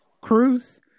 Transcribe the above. Cruz